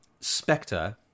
Spectre